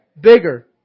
bigger